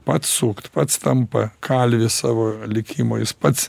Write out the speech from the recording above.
pats sukt pats tampa kalvis savo likimo jis pats